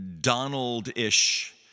Donald-ish